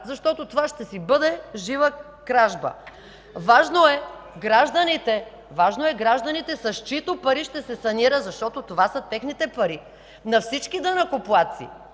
защото това ще си бъде жива кражба. Важно е гражданите, с чиито пари ще се санира, защото това са техните пари, на всички данъкоплатци,